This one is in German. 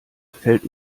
fällt